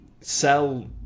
sell